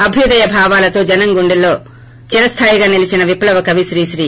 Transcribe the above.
అభ్యుదయ భావాలతో జనం గుండెల్లో చిరస్లాయిగా నిలీచిన విప్లవ కవి శ్రీశ్రీ